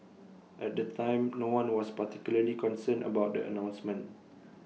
at the time no one was particularly concerned about the announcement